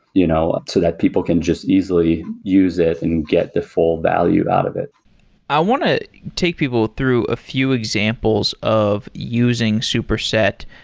you know that people can just easily use it and get the full value out of it i want to take people through a few examples of using superset,